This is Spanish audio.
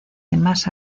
demás